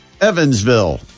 Evansville